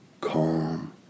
calm